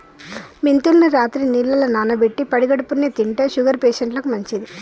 మెంతుల్ని రాత్రి నీళ్లల్ల నానబెట్టి పడిగడుపున్నె తింటే షుగర్ పేషంట్లకు మంచిది